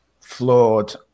flawed